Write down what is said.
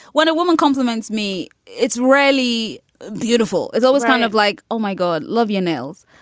when a woman compliments me, it's really beautiful it's always kind of like, oh, my god, love your nails.